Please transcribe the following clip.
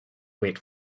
wait